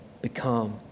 become